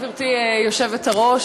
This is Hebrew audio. גברתי היושבת-ראש,